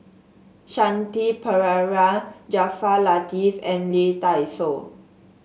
Shanti Pereira Jaafar Latiff and Lee Dai Soh